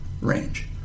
range